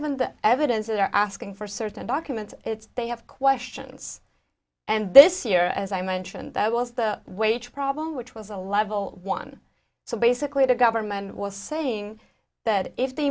even that evidence that they're asking for certain documents it's they have questions and this year as i mentioned i was the wage problem which was a level one so basically the government was saying that if the